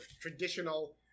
traditional